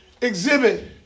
exhibit